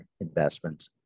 investments